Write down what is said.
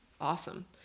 awesome